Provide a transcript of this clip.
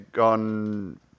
on